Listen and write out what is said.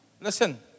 Listen